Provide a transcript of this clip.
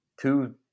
two